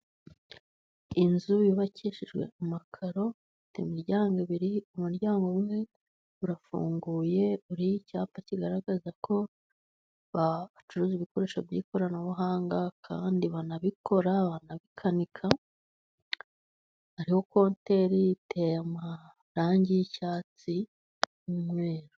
Inzu yubakishijwe amakaro ifite imiryango ibiri, umuryango umwe urafunguye, uriho icyapa kigaragaza ko bacuruza ibikoresho by'ikoranabuhanga, kandi banabikora, banabikanika, hariho konteri iteye amarangi y'icyatsi n'umweru.